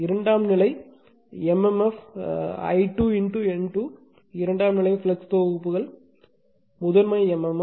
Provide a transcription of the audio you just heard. இரண்டாம் நிலை MMF I2 N2 இரண்டாம் நிலை ஃப்ளக்ஸ் தொகுப்புகள் முதன்மை MMF